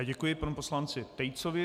Děkuji panu poslanci Tejcovi.